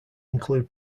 include